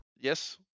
Yes